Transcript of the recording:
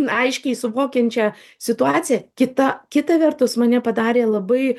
aiškiai suvokiančią situaciją kita kita vertus mane padarė labai